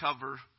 cover